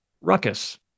Ruckus